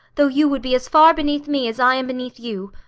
though you would be as far beneath me as i am beneath you,